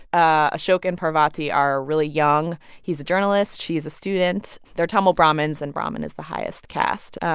ah ashok and parvati are really young. he's a journalist. she's a student. they're tamil brahmins. and brahmin is the highest caste.